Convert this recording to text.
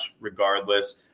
regardless